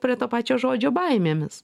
prie to pačio žodžio baimėmis